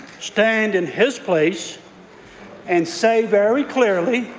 stand in his place and say very clearly